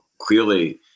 clearly